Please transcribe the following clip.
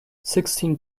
sixteen